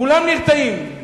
כולם נרתמים.